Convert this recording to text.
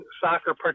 soccer